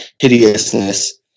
hideousness